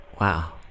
Wow